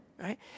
right